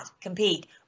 compete